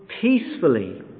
peacefully